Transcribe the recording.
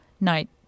night